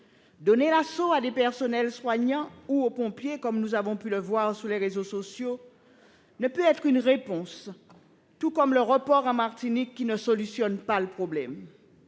Donner l'assaut à des personnels soignants ou aux pompiers, comme nous avons pu le voir sur les réseaux sociaux, ne peut être une réponse ; tout comme le report en Martinique ne résout pas le problème.